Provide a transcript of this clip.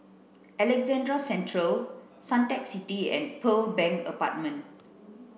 Alexandra Central Suntec City and Pearl Bank Apartment